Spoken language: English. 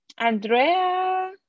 andrea